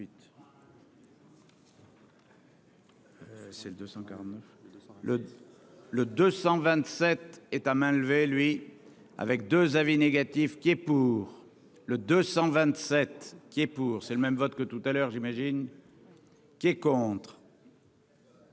Le 227 et ta main levée lui avec 2 avis négatifs qui est pour le 227 qui est pour, c'est le même vote que tout à l'heure, j'imagine, qui est contre.